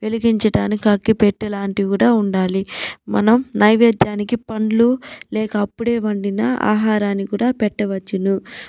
వెలిగించడానికి అగ్గిపెట్టె లాంటివి కూడా ఉండాలి మనం నైవేద్యానికి పండ్లు లేక అప్పుడే వండిన ఆహారాన్ని కూడా పెట్టవచ్చును